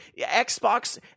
Xbox